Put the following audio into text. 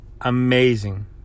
Amazing